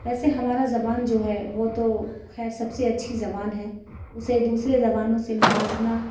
ویسے ہمارا زبان جو ہے وہ تو خیر سب سے اچھی زبان ہے اسے دوسرے زبانوں سے موازنہ